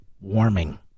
warming